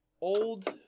old